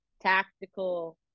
tactical